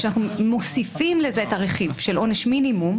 כשאנחנו מוסיפים לזה את הרכיב של עונש מינימום,